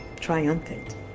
triumphant